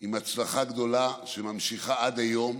עם הצלחה גדולה, שממשיכה עד היום,